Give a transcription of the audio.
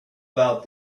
about